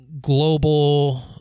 global